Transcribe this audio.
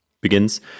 begins